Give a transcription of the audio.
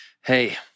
Hey